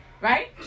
right